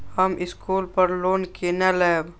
हम स्कूल पर लोन केना लैब?